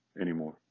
anymore